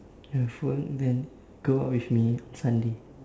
have work then go out with me on sunday